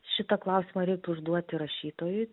šitą klausimą reiktų užduoti rašytojui